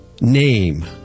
name